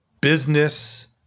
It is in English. business